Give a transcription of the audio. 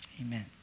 Amen